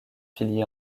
piliers